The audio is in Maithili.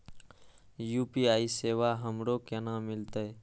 यू.पी.आई सेवा हमरो केना मिलते?